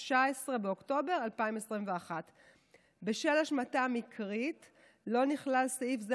19 באוקטובר 2021. בשל השמטה מקרית לא נכלל סעיף זה